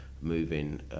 moving